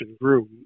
grew